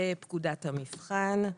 ופקודת המבחן.